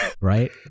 right